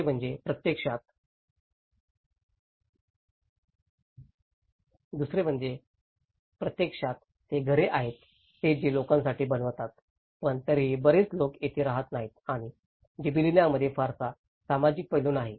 दुसरे म्हणजे प्रत्यक्षात ते घरे आहेत जे ते लोकांसाठी बनवतात पण तरीही बरेच लोक येथे राहत नाहीत आणि जिबिलिनामध्ये फारसा सामाजिक पैलू नाही